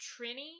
Trini